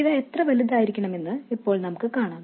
അവ എത്ര വലുതായിരിക്കണമെന്ന് ഇപ്പോൾ നമുക്ക് കാണാം